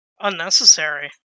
unnecessary